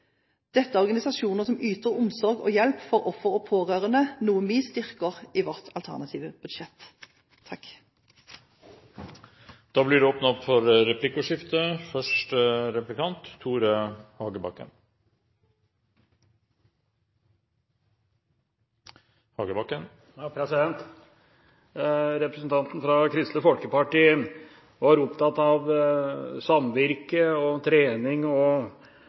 Dette er organisasjoner som yter omsorg og hjelp for offer og pårørende, noe vi styrker i vårt alternative budsjett. Det blir replikkordskifte. Representanten fra Kristelig Folkeparti var opptatt av samvirke og trening osv. og